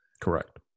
Correct